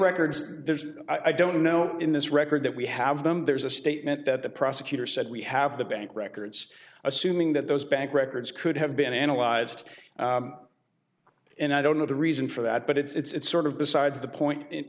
records there's i don't know in this record that we have them there's a statement that the prosecutor said we have the bank records assuming that those bank records could have been analyzed and i don't know the reason for that but it's sort of besides the point